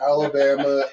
Alabama